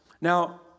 Now